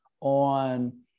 on